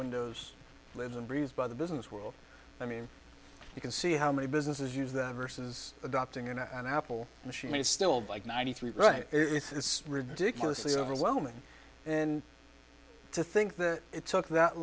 windows lives and breathes by the business world i mean you can see how many businesses use them versus adopting an apple machine is still like ninety three right it's ridiculously overwhelming and to think that it took that